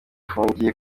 afungiye